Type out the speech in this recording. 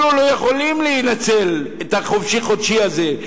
אלה לא יכולים לנצל את ה"חופשי חודשי" הזה.